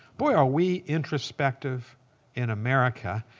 boy, are we introspective in america.